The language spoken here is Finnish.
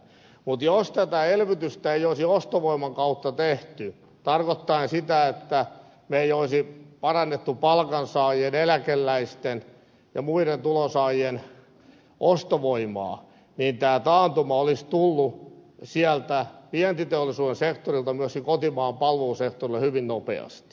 mutta jos tätä elvytystä ei olisi ostovoiman kautta tehty tarkoittaen sitä että emme olisi parantaneet palkansaajien eläkeläisten ja muiden tulonsaajien ostovoimaa niin tämä taantuma olisi tullut sieltä vientiteollisuuden sektorilta myöskin kotimaan palvelusektorille hyvin nopeasti